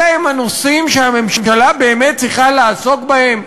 אלה הם הנושאים שהממשלה באמת צריכה לעסוק בהם?